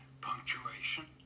punctuation